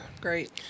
Great